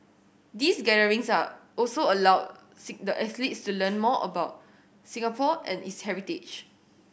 these gatherings are also allow the athletes to learn more about Singapore and its heritage